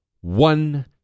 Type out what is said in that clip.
one